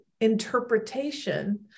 interpretation